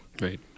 Right